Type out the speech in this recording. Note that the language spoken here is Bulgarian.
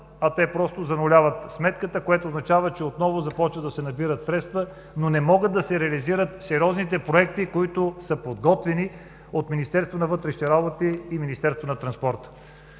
а те просто зануляват сметката, което означава, че отново започва да се набират средства, но не могат да се реализират сериозните проекти, които са подготвени от Министерството на вътрешните работи и Министерството на транспорта.